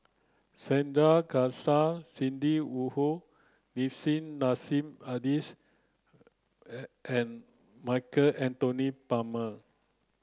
Sandrasegaran Sidney Woodhull Nissim Nassim Adis and Michael Anthony Palmer